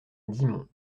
dixmont